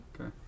okay